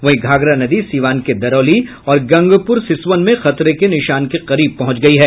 वहीं घाघरा नदी सीवान के दरौली और गंगपूर सिसवन में खतरे के निशान के करीब पहुंच गयी है